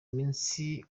imisi